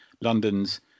London's